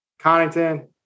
Connington